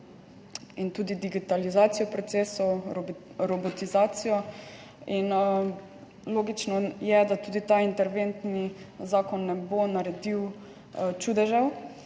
in tudi z digitalizacijo procesov, robotizacijo. Logično je, da tudi ta interventni zakon ne bo naredil čudežev,